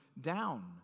down